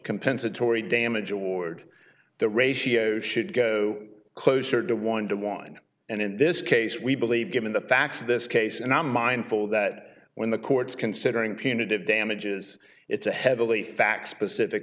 compensatory damages ward the ratio should go closer to one to one and in this case we believe given the facts of this case and i'm mindful that when the court is considering punitive damages it's a heavily fact specific